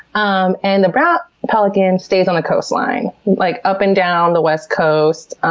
um and the brown pelican stays on the coastline like up and down the west coast,